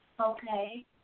Okay